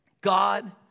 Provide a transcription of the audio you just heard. God